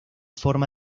forma